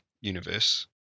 universe